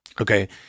Okay